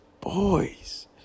boys